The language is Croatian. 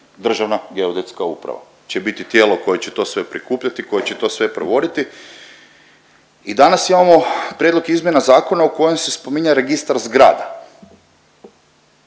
Državna geodetska uprava, će biti tijelo koje će to sve prikupljati, koje će to sve provoditi i danas imamo prijedlog izmjena zakona u kojem se spominje Registar zgrada